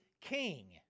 king